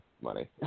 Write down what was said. money